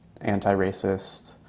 anti-racist